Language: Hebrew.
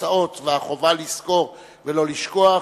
התוצאות והחובה לזכור ולא לשכוח